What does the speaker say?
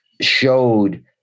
showed